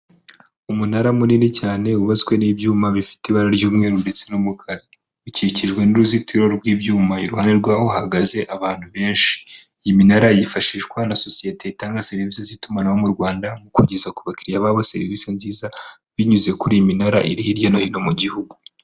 Umunara munini cyane wubatswe n'ibyuma bifite ibara ry'umweru ndetse n'umukara, ikikijwe n'uruzitiro rw'ibyuma, iruhande rwawo hahagaze abantu benshi, iyi minara yifashishwa na sosiyete itanga serivisi z'itumanaho mu Rwanda, mu kugeza ku bakiriya babo serivisi nziza, binyuze kuri iyi minara iri hirya no hino mu gihugu.